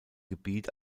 gebiet